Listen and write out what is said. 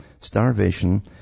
starvation